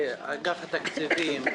אגף התקציבים,